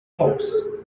hops